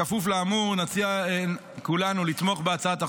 בכפוף לאמור מציע לכולנו לתמוך בהצעת החוק.